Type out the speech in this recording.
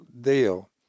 deal